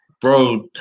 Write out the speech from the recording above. bro